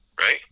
right